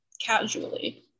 casually